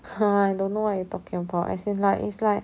!huh! I don't know what you talking about as in like it's like